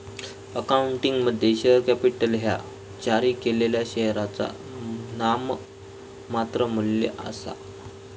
अकाउंटिंगमध्ये, share capital ह्या जारी केलेल्या शेअरचा नाममात्र मू्ल्य आसा